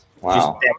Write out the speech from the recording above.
Wow